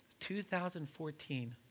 2014